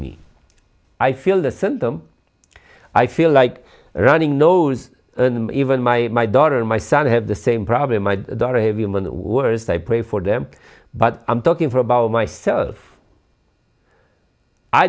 me i feel the scent them i feel like running nose even my my daughter and my son have the same problem i have human worst i pray for them but i'm talking for about myself i